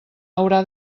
haurà